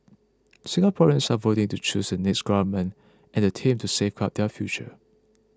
Singaporeans are voting to choose the next government and the team to safeguard their future